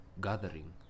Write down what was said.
gathering